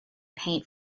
paint